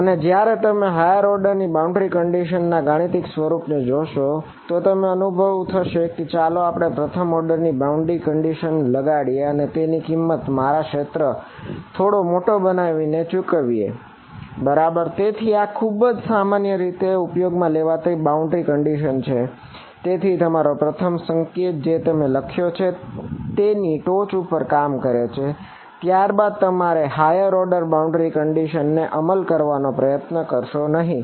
અને જયારે તમે હાયર ઓર્ડર ની બાઉન્ડ્રી કંડીશન ને અમલ કરવાનો પ્રયત્ન કરશો નહિ